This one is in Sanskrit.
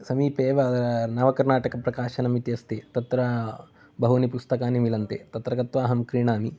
समीपे एव नवकर्णाटकप्रकाशनं इति अस्ति तत्र बहूनि पुस्तकानि मिलन्ति तत्र गत्वा अहं क्रीणामि